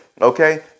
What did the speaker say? Okay